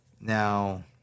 Now